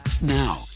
Now